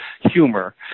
humor